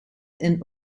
and